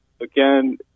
again